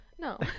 No